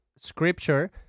scripture